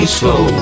slow